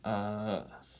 err